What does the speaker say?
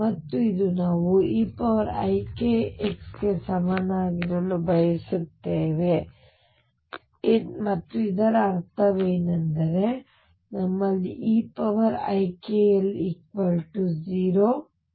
ಮತ್ತು ಇದು ನಾವು eikx ಗೆ ಸಮನಾಗಿರಲು ಬಯಸುತ್ತೇವೆ ಮತ್ತು ಇದರ ಅರ್ಥವೇನೆಂದರೆ ನಮ್ಮಲ್ಲಿ eikL1 ಇದೆ